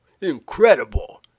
Incredible